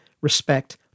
respect